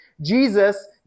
Jesus